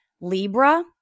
Libra